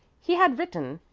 he had written,